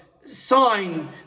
sign